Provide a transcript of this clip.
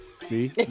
see